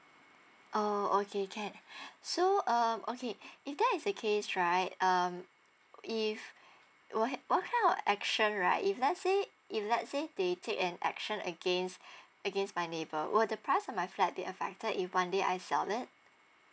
uh okay can so um okay if that's the case right um if what ha~ what kind of action right if lets say if lets say they take an action against against my neighbour were the price of my flat be affected if one day I sell it